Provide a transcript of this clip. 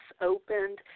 opened